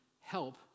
help